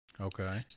Okay